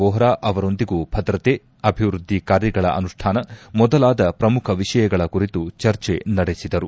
ವೋಹ್ರಾ ಅವರೊಂದಿಗೂ ಭದ್ರತೆ ಅಭಿವ್ಯದ್ಲಿ ಕಾರ್ಯಗಳ ಅನುಷ್ಲಾನ ಮೊದಲಾದ ಪ್ರಮುಖ ವಿಷಯಗಳ ಕುರಿತು ಚರ್ಚೆ ನಡೆಸಿದರು